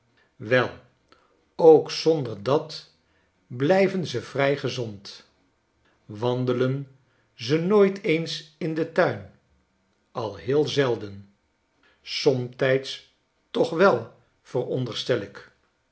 wel ook zonder dat blijven ze vry gezond wandelen ze nooit eens in den tuin a heel zelden somtijds toch wel veronderstel ik